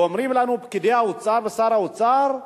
ואומרים לנו פקידי האוצר ושר האוצר: